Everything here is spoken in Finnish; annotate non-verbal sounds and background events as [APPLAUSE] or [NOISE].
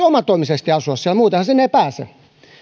[UNINTELLIGIBLE] omatoimisesti asua siellä muutenhan sinne ei pääse